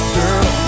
girl